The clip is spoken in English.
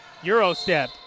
Eurostep